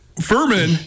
Furman